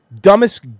Dumbest